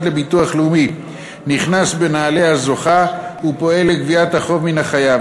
לביטוח לאומי נכנס בנעלי הזוכה ופועל לגביית החוב מן החייב,